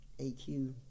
AQ